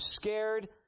scared